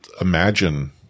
imagine